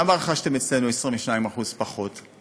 למה רכשתם אצלנו 22% פחות?